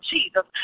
Jesus